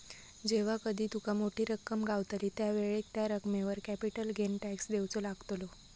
जेव्हा कधी तुका मोठी रक्कम गावतली त्यावेळेक त्या रकमेवर कॅपिटल गेन टॅक्स देवचो लागतलो